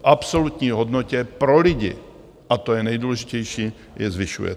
V absolutní hodnotě pro lidi, a to je nejdůležitější, je zvyšujete.